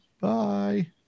bye